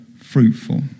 fruitful